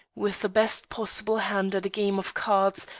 with the best possible hand at a game of cards,